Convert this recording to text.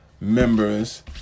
members